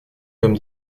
comme